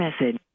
message